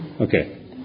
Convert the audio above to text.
Okay